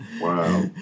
Wow